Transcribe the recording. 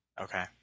Okay